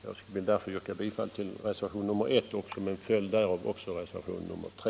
Jag vill därför yrka bifall till reservationen I och som en följd därav också till reservationen 3.